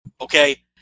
okay